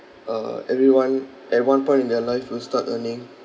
uh everyone at one point in their life will start earning